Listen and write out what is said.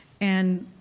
and